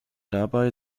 dabei